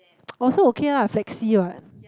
oh so okay ah flexi what